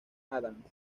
adams